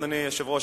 אדוני היושב-ראש,